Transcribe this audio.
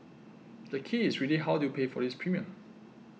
the key is really how do you pay for this premium